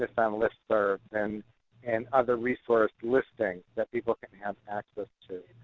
this on listserv and and other resource listings that people can have access to